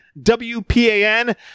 WPAN